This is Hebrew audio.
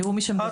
תראו מי שמדבר.